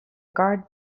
guard